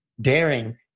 daring